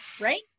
right